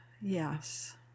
yes